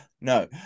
No